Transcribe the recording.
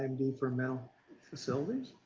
imd imd for mental facilities?